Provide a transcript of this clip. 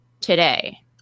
today